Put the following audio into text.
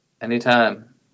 anytime